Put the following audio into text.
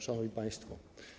Szanowni Państwo!